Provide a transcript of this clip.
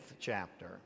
chapter